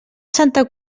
santa